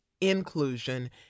inclusion